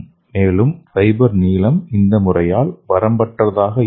மேலும் ஃபைபர் நீளம் இந்த முறையால் வரம்பற்றதாக இருக்கும்